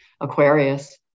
Aquarius